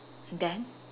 then